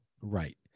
Right